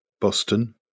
Boston